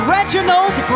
Reginald